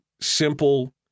simple